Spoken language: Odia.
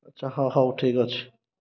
ଆଚ୍ଛା ହ ହେଉ ଠିକ ଅଛି